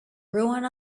ruin